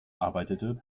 arbeitete